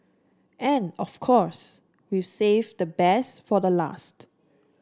and of course we've saved the best for the last